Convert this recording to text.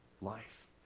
life